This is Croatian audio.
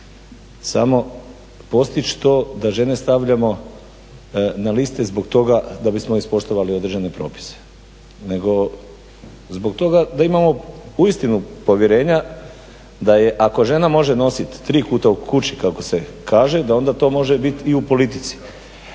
samo postići to da žene stavljamo na liste zbog toga da bismo ispoštovali određene propise, nego zbog toga da imamo uistinu povjerenja da je ako žena može nosit tri kuta u kući kako se kaže da onda to može bit i u politici.